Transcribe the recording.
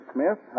Smith